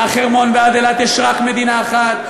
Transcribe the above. מהחרמון ועד אילת יש רק מדינה אחת,